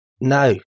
no